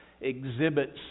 exhibits